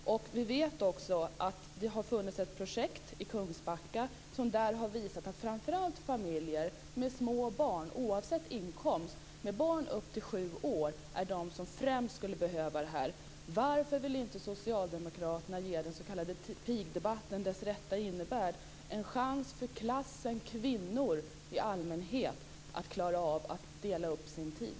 Vi vet också att det har funnits ett projekt i Kungsbacka som har visat att framför allt familjer med små barn upp till sju år, oavsett inkomst, är de som främst skulle behöva det här. pigdebatten dess rätta innebörd: en chans för klassen kvinnor i allmänhet att klara av att dela upp sin tid.